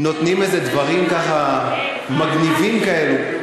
נותנים איזה דברים, ככה, מגניבים כאלה.